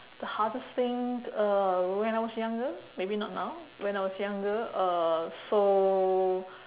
the hardest thing uh when I was younger maybe not now when I was younger uh so